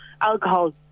alcohol